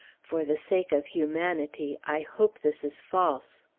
for the sake of humanity, i hope this is false.